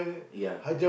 ya